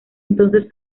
entonces